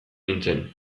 nintzen